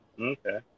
Okay